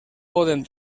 poden